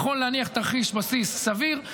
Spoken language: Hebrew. נכון להניח תרחיש בסיס סביר,